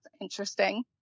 interesting